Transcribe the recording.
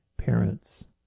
parents